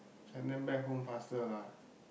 send them back home faster lah